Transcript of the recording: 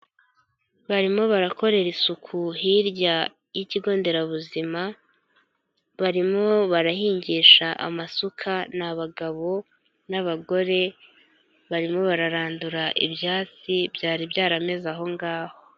Barimo barakorera isuku hirya y'ikigo nderabuzima, barimo barahingisha amasuka ni abagabo n'abagore, barimo bararandura ibyatsi byari byarameze ahongaho.